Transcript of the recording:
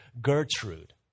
Gertrude